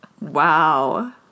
Wow